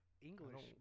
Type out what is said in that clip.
English